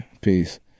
Peace